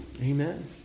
Amen